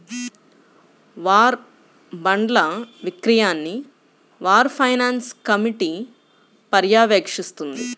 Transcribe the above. war బాండ్ల విక్రయాన్ని war finance committee పర్యవేక్షిస్తుంది